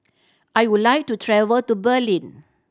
I would like to travel to Berlin